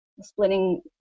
splitting